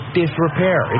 disrepair